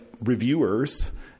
reviewers